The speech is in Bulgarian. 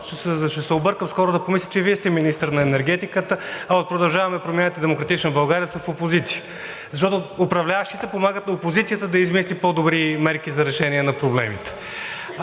ще се объркам скоро да помисля, че Вие сте министър на енергетиката, а от „Продължаваме Промяната“ и от „Демократична България“ са в опозиция. Защото управляващите помагат на опозицията да измисли по-добри мерки за решение на проблемите.